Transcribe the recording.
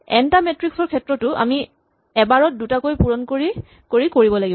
N টা matrix ৰ ক্ষেত্ৰটো আমি এবাৰত দুটাকৈ পূৰণ কৰি কৰি কৰিব লাগিব